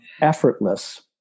effortless